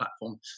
platform